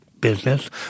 business